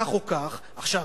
כך או כך, עכשיו,